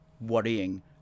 worrying